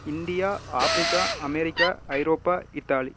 India Africa America ஐரோப்பா Italy